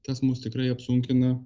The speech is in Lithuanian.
tas mus tikrai apsunkina